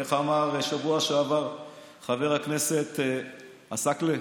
איך אמר שבוע שעבר חבר הכנסת עסאקלה?